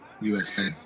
USA